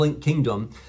kingdom